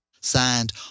Signed